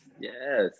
Yes